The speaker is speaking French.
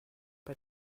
pas